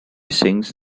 sings